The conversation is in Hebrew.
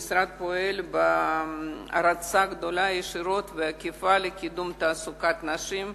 המשרד פועל בערוצים ישירים ועקיפים לקידום תעסוקת נשים.